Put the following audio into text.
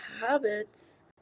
habits